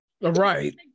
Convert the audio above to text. right